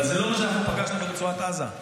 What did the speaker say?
אבל זה לא מה שאנחנו פגשנו ברצועת עזה.